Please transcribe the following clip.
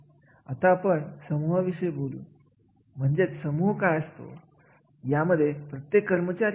जेव्हा आपण उत्पादन क्षेत्राविषयी बोलत असतो इथे एखादे उत्पादन तयार होत असते तेव्हा अशा प्रक्रियेला खूप महत्त्व येत असते